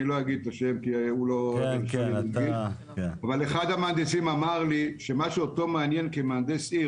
אני לא אגיד את השם אבל הוא אמר לי שמה שאותו מעניין כמהנדס עיר,